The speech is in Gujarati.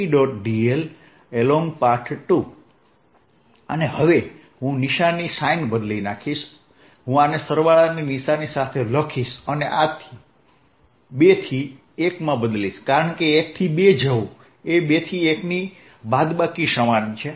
dl અને હવે હું નિશાની બદલીશ હું આને સરવાળાની નિશાની સાથે લખીશ અને આને 2 થી 1 માં બદલીશ કારણ કે 1 થી 2 જવું એ 2 થી 1 ની બાદબાકી સમાન છે